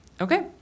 Okay